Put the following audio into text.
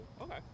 okay